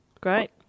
Great